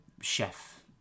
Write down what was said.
chef